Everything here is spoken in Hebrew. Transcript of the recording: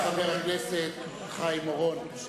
חבר הכנסת חיים אורון.